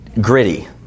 gritty